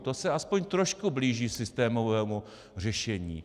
To se aspoň trošku blíží systémovému řešení.